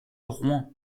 rouen